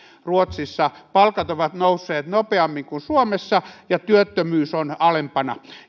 ruotsissa palkat ovat nousseet nopeammin kuin suomessa ja työttömyys on alempana